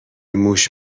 موش